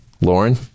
lauren